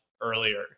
earlier